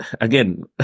Again